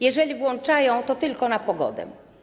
Jeżeli włączają, to tylko na pogodę.